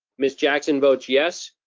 miss jackson votes yes.